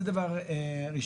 זה דבר ראשון.